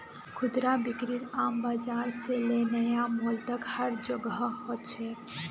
खुदरा बिक्री आम बाजार से ले नया मॉल तक हर जोगह हो छेक